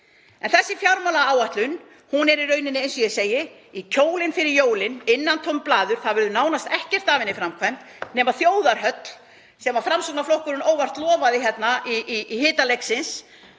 Þessi fjármálaáætlun er í rauninni, eins og ég segi, í kjólinn fyrir jólin, innantómt blaður. Það verður nánast ekkert af henni framkvæmt nema þjóðarhöll sem Framsóknarflokkurinn óvart lofaði hérna í hita leiksins